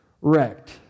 wrecked